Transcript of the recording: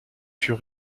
fut